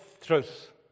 truth